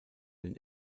den